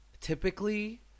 typically